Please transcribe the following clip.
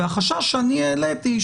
והחשש שהעליתי,